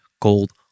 gold